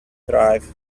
drive